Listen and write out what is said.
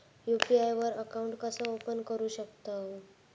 UPI वर account कसा open करू शकतव?